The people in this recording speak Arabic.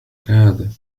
كهذا